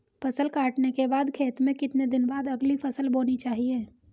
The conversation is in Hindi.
फसल काटने के बाद खेत में कितने दिन बाद अगली फसल बोनी चाहिये?